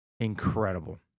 Incredible